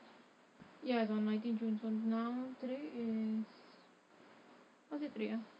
ya it's on nineteen june now today is what is it today ah